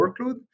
workload